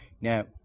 Now